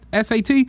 SAT